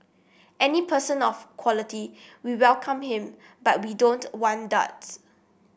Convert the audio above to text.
any person of quality we welcome him but we don't want duds